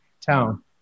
town